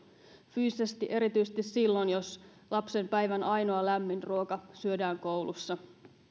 fyysisesti erityisesti silloin jos lapsen päivän ainoa lämmin ruoka syödään koulussa